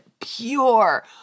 pure